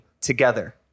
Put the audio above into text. together